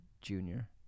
junior